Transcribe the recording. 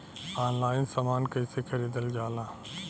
Online समान कैसे खरीदल जाला?